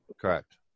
Correct